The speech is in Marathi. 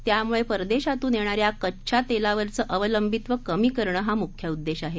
त्यामुळे परदेशातून येणाऱ्या कच्च्या तेलावरचं अवलंबित्व कमी करणं हा मुख्य उद्देश आहे